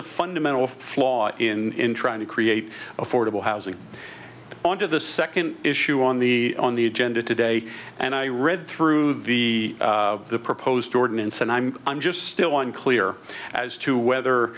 a fundamental flaw in trying to create affordable housing on to the second issue on the on the agenda to hey and i read through the proposed ordinance and i'm i'm just still unclear as to whether